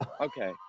okay